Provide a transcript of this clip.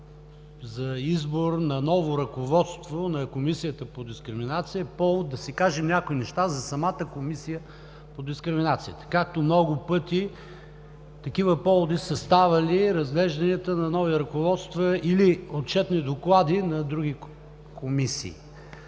за избор на ново ръководство на Комисията по дискриминация е повод да си кажем някои неща за самата Комисия по дискриминацията. Такива поводи много пъти са ставали разглежданията на нови ръководства или отчетни доклади на други комисии.